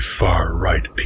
far-right